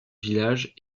village